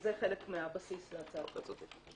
וזה חלק מהבסיס להצעת החוק הזאת.